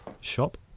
shop